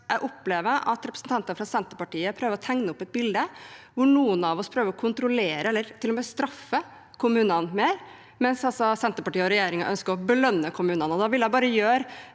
Jeg opplever at representanter fra Senterpartiet prøver å tegne et bilde av at noen av oss prøver å kontrollere eller til og med straffe kommunene mer, mens Senterpartiet og regjeringen ønsker å belønne kommunene.